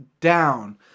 down